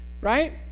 right